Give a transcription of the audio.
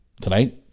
tonight